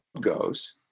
goes